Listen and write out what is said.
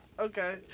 Okay